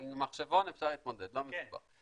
עם מחשבון אפשר להתמודד, לא מסובך.